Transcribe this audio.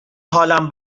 حالم